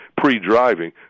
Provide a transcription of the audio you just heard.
pre-driving